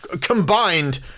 combined